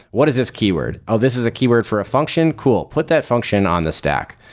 what is this keyword? oh, this is a keyword for a function? cool! put that function on the stack.